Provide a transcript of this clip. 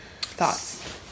Thoughts